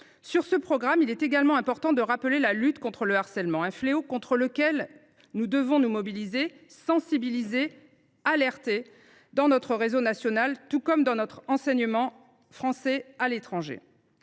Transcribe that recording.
Ce programme inclut également la lutte contre le harcèlement, un fléau contre lequel nous devons nous mobiliser, sensibiliser et alerter, dans notre réseau national, tout comme dans notre réseau d’enseignement français à l’étranger.